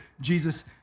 Jesus